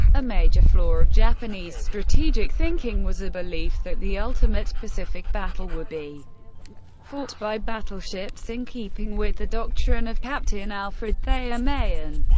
a major flaw of japanese strategic thinking was a belief that the ultimate pacific battle would be fought by battleships, in keeping with the doctrine of captain alfred thayer mahan.